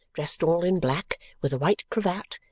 dressed all in black, with a white cravat,